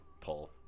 pull